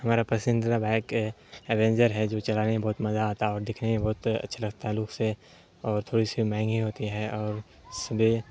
ہمارا پسندیدہ bike Avenger ہے جو چلانے میں بہت مزہ آتا اور دکھنے میں بہت اچھا لگتا ہے لک سے اور تھوڑی سی مہنگی ہوتی ہے اور سبھی